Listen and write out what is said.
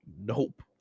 nope